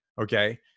Okay